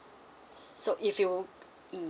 so if you mm